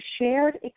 shared